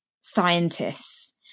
scientists